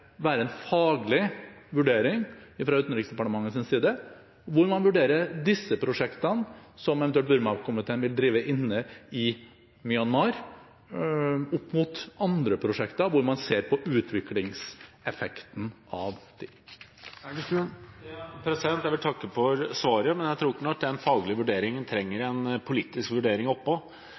være en faglig vurdering fra Utenriksdepartementets side hvor man vurderer disse prosjektene som eventuelt Burmakomiteen vil drive inne i Myanmar, opp mot andre prosjekter, hvor man ser på utviklingseffekten av disse. Jeg vil takke for svaret, men jeg tror nok den faglige vurderingen trenger en politisk vurdering